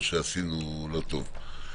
או עשינו לא טוב.